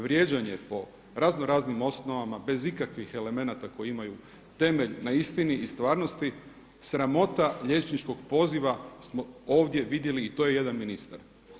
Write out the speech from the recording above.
Vrijeđanje po razno raznim osnovama bez ikakvih elemenata koje imaju temelj na istini i stvarnosti, sramota liječničkog poziva smo ovdje vidjeli i to je jedan ministar.